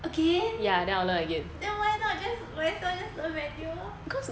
again then why not just learn might as well just learn manual lor